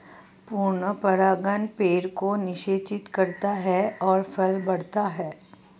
पूर्ण परागण पेड़ को निषेचित करता है और फल बढ़ता है